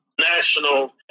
National